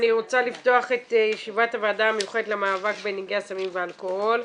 אני רוצה לפתוח את ישיבת הוועדה המיוחדת למאבק בנגעי הסמים והאלכוהול.